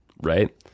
Right